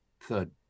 third